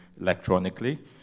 electronically